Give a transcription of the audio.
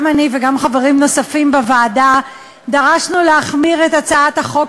גם אני וגם חברים נוספים בוועדה דרשנו להחמיר את הצעת החוק